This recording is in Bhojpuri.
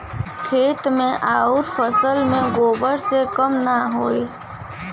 खेत मे अउर फसल मे गोबर से कम ना होई?